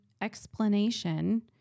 explanation